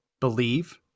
believe